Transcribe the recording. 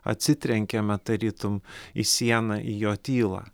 atsitrenkiame tarytum į sieną į jo tylą